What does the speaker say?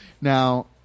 now